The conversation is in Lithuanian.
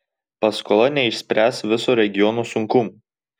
paskola neišspręs viso regiono sunkumų